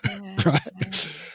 right